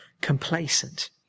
complacent